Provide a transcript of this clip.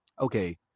okay